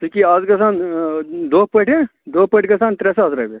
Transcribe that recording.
سِکی اَز گژھن دۄہ پٲٹھی دۄہ پٲٹھۍ گژھان ترٛےٚ ساس رۄپیہِ